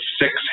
six